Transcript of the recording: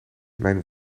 mijn